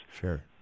Sure